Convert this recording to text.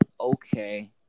okay